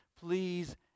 please